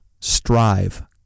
Strive